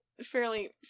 fairly